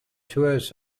tours